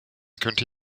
könnte